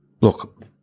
look